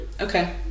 okay